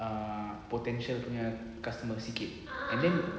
ah potential punya customers sikit and then